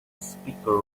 speaker